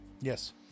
Yes